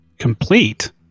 complete